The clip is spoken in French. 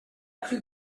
plus